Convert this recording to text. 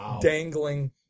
dangling